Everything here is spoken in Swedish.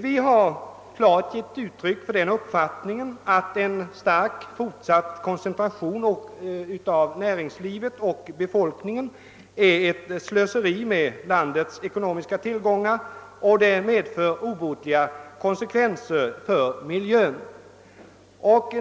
Vi har givit uttryck åt den uppfattningen att en fortsatt koncentration av befolkning och näringsliv är ett slöseri med landets ekonomiska tillgångar och medför obotlig skada på miljön.